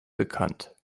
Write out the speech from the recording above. bekannt